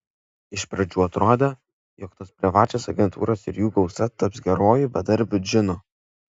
iš pradžių atrodė jog tos privačios agentūros ir jų gausa taps geruoju bedarbių džinu